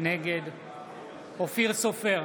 נגד אופיר סופר,